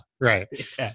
Right